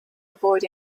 avoid